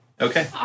Okay